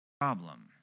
problem